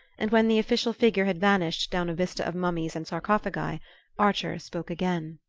and when the official figure had vanished down a vista of mummies and sarcophagi archer spoke again.